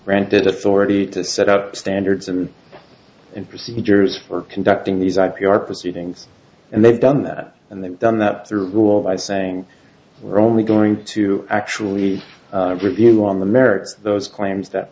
granted authority to set up standards and procedures for conducting these i p r proceedings and they've done that and they've done that through a rule by saying we're only going to actually review on the merits of those claims that